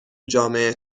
جامعه